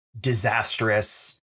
disastrous